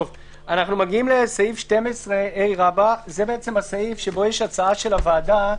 מגיעים לסעיף 12ה. זה הסעיף שבו יש הצעה של הוועדה,